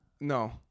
No